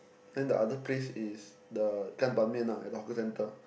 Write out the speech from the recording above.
then the other place is the gan-ban-mian lah at the hawker centre